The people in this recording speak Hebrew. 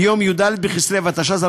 ביום י"ד בכסלו התשע"ז,